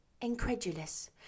incredulous